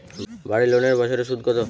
বাড়ি লোনের বছরে সুদ কত?